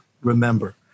remember